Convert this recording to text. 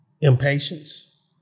impatience